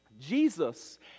Jesus